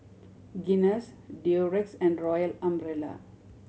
Guinness Durex and Royal Umbrella